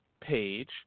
page